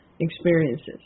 experiences